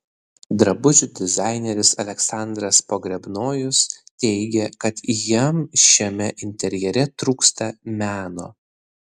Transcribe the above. drabužių dizaineris aleksandras pogrebnojus teigė kad jam šiame interjere trūksta meno